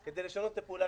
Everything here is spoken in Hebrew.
כדי לשנות את הפעולה